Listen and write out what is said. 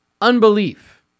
unbelief